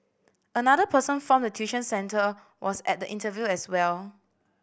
another person form the tuition centre was at the interview as well